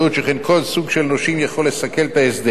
שכן כל סוג של נושים יכול לסכל את ההסדר.